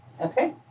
Okay